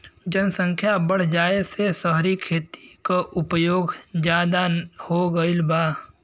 जनसख्या बढ़ जाये से सहरी खेती क उपयोग जादा हो गईल बा